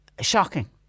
shocking